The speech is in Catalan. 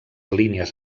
línies